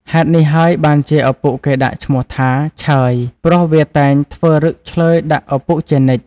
ហេតុនេះហើយបានជាឪពុកគេដាក់ឈ្មោះថា ឆើយ ព្រោះវាតែងធ្វើឫកឈ្លើយដាក់ឪពុកជានិច្ច ។